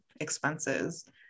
expenses